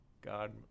God